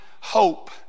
hope